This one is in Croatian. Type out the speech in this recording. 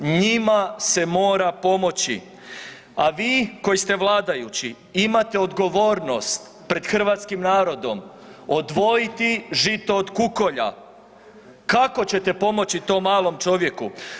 Njima se mora pomoći, a vi koji ste vladajući imate odgovornost pred hrvatskim narodom odvojiti žito od kukolja kako ćete pomoći tom malom čovjeku.